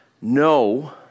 no